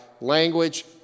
language